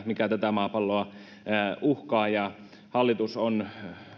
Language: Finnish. mikä tätä maapalloa uhkaa ja hallitus on